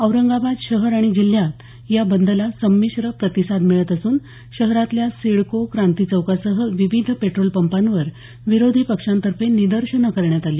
औरंगाबाद शहर आणि जिल्ह्यात या बंदला संमिश्र प्रतिसाद मिळत असून शहरातल्या सिडको क्रांती चौकासह विविध पेट्रोल पंपांवर विरोधी पक्षांतर्फे निदर्शनं करण्यात आली